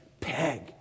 peg